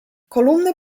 kolumny